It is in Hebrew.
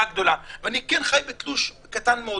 ואני חי עם משכורת קטנה מאוד,